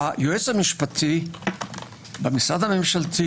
היועץ המשפטי במשרד הממשלתי,